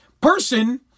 person